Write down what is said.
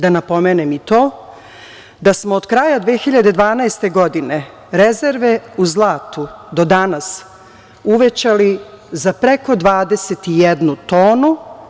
Da napomenem i to da smo od kraja 2012. godine rezerve u zlatu do danas uvećali za preko 21 tonu.